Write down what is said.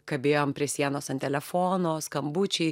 kabėjom prie sienos ant telefono skambučiai